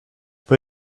but